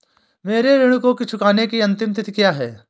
मेरे ऋण को चुकाने की अंतिम तिथि क्या है?